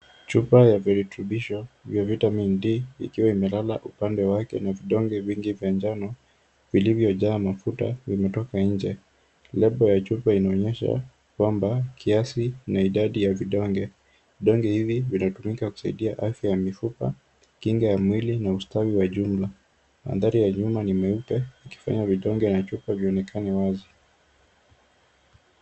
Chupa ya viritubisho, vya vitamin D , ikiwa imelala upande wake na vidonge vingi vya njano, vilivyojaa mafuta, vimetoka inje. Lebo ya chupa inaonyesha kwamba kiasi na idadi ya vidonge. Vidonge hivi vinatumika kusaidia afya ya mifupa, kinga ya mwili, na ustawi wa jumla. Madhari ya nyuma ni meupe, ikifanya vidonge na chupa vionekane wazi.